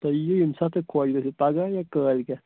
تُہۍ یِیِو ییٚمہِ ساتہٕ تۄہہِ خۄش گَژھِوٕ پَگاہ یا کٲلۍکٮ۪تھ